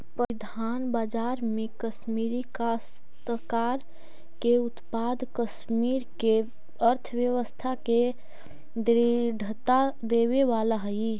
परिधान बाजार में कश्मीरी काश्तकार के उत्पाद कश्मीर के अर्थव्यवस्था के दृढ़ता देवे वाला हई